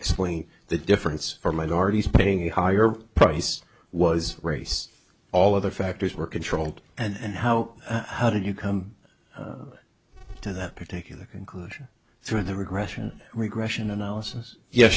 explain the difference for minorities paying a higher price was race all other factors were controlled and how how did you come to that particular conclusion through the regression regression analysis yes